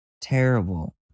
terrible